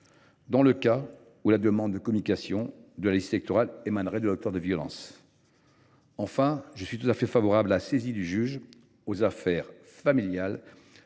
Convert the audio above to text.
dans le cas où la demande de communication de la liste électorale émanerait de l’auteur de violences. Enfin, je suis tout à fait favorable à la saisine du juge aux affaires familiales